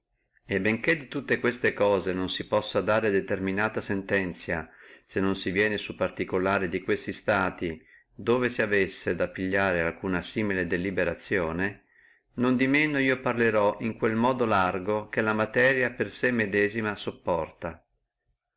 e benché di tutte queste cose non si possa dare determinata sentenzia se non si viene a particulari di quelli stati dove si avessi a pigliare alcuna simile deliberazione non di manco io parlerò in quel modo largo che la materia per sé medesima sopporta